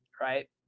Right